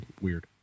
weird